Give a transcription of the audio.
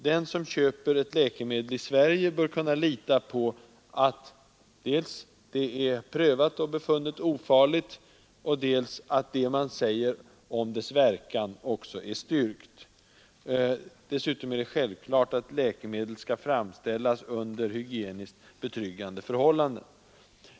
Den som köper ett läkemedel i Sverige bör kunna lita på dels att det är prövat och befunnet ofarligt, dels att det man säger om dess verkan är styrkt. Dessutom är det självklart att läkemedel skall framställas under hygieniskt betryggande förhållanden.